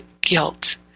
guilt